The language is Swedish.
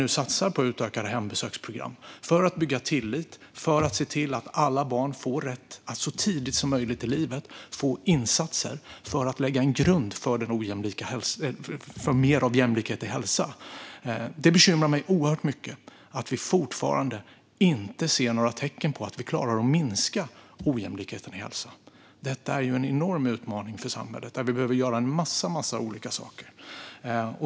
Vi satsar nu på utökade hembesöksprogram för att bygga tillit och för att se till att alla barn får rätt att så tidigt som möjligt i livet få insatser som lägger en grund för mer jämlikhet när det gäller hälsa. Det bekymrar mig oerhört mycket att vi fortfarande inte ser några tecken på att vi klarar att minska ojämlikheten när det gäller hälsa. Detta är en enorm utmaning för samhället, och vi behöver göra en massa olika saker.